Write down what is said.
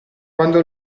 quando